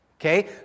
okay